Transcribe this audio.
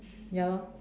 ya lor